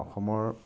অসমৰ